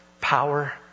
power